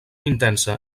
intensa